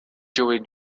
joe